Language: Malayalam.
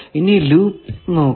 ഇനി ലൂപ്പ് നോക്കുക